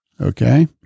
Okay